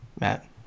Matt